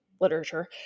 literature